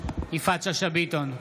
יפעת שאשא ביטון,